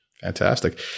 Fantastic